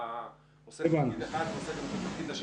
אתה יכול לתת לנו תמונת מצב לגבי